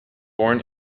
born